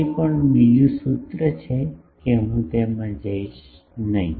તે પણ બીજું સૂત્ર છે કે હું તેમાં જઇશ નહીં